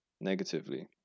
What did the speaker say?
negatively